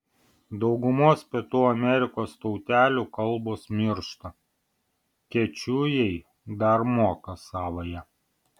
daugumos pietų amerikos tautelių kalbos miršta kečujai dar moka savąją